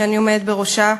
שאני עומדת בראשה,